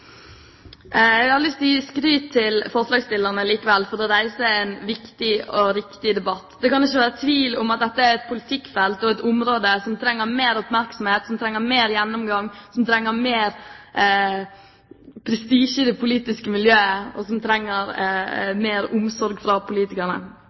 Jeg har likevel lyst til å gi skryt til forslagsstillerne for å reise en viktig og riktig debatt. Det kan ikke være tvil om at dette er et politikkfelt og et område som trenger mer oppmerksomhet, som trenger mer gjennomgang, som trenger mer prestisje i det politiske miljøet, og som trenger